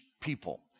people